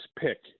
pick